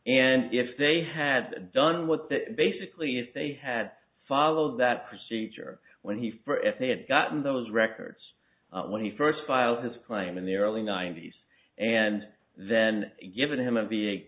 and if they had done what that basically if they had followed that procedure when he for if they had gotten those records when he first filed his claim in the early ninety's and then given him a